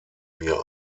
mir